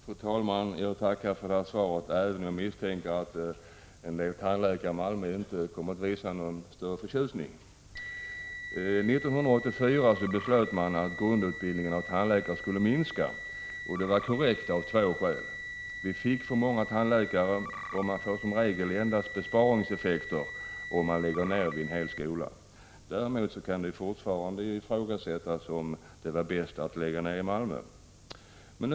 Fru talman! Jag tackar för svaret, även om jag misstänker att en del tandläkare i Malmö inte kommer att visa någon större förtjusning. 1984 beslöt man att antalet platser i grundutbildningen av tandläkare skulle minska. Beslutet var korrekt, av två skäl: vi hade fått för många tandläkare, och man får som regel besparingseffekter endast om man lägger ned en hel skola. Däremot kan det fortfarande ifrågasättas om det var bäst att lägga ned just skolan i Malmö.